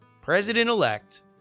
President-elect